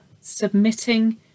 submitting